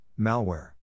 malware